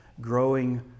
growing